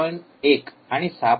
१ आणि ६